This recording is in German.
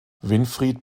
winfried